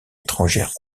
étrangères